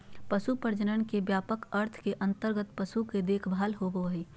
पशु प्रजनन के व्यापक अर्थ के अंतर्गत पशु के देखभाल होबो हइ